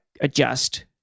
adjust